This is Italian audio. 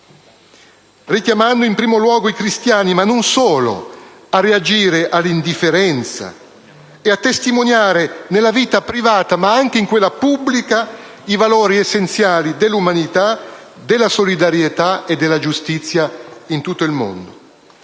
richiamando in primo luogo i cristiani (ma non solo) a reagire all'indifferenza e a testimoniare nella vita privata, ma anche in quella pubblica, i valori essenziali dell'umanità, della solidarietà e della giustizia in tutto il mondo.